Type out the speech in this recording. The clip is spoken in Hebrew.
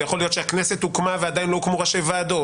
זה יכול להיות כשהכנסת הוקמה ועדיין לא הוקמו ראשי ועדות,